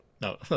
No